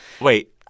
Wait